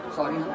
sorry